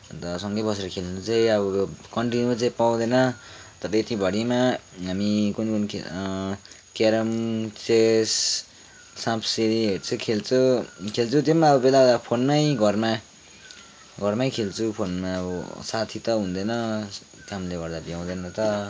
अन्त सँगै बसेर खेल्नु चाहिँ अब कन्टिन्यु चाहिँ पाउँदैन तर यतिभरिमा हामी कुन कुन खेल क्यारेम चेस साँपसिँढीहरू चाहिँ खेल्छ खेल्छौँ त्यो पनि बेला बेलामा फोनमै घरमा घरमै खेल्छु फोनमा अब साथी त हुँदैन कामले गर्दा भ्याउँदैन त